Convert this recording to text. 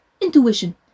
intuition